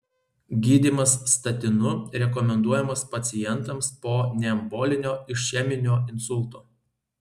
gydymas statinu rekomenduojamas pacientams po neembolinio išeminio insulto